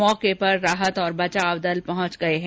मौके पर राहत और बचाव दल पहुंच गये हैं